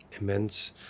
immense